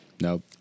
Nope